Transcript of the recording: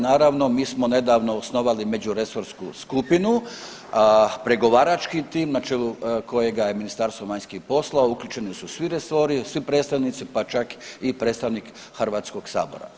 Naravno mi smo nedavno osnovali međuresorsku skupinu, pregovarački tim na čelu kojega je Ministarstvo vanjskih poslova, uključeni su svi resori, svi predstavnici pa čak i predstavnik Hrvatskog sabora.